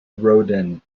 rodin